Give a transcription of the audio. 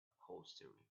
upholstery